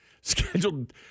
scheduled